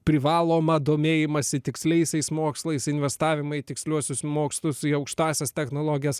privalomą domėjimąsi tiksliaisiais mokslais investavimą į tiksliuosius mokslus į aukštąsias technologijas